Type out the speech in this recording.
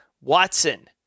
Watson